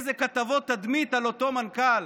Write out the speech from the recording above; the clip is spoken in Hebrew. איזה כתבות תדמית על אותו מנכ"ל: